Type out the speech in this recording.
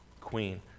queen